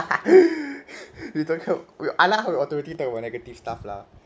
you're talking wi~ I like how you automatically talk about negative stuff lah